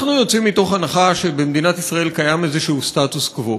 אנחנו יוצאים מתוך הנחה שבמדינת ישראל קיים איזה סטטוס קוו,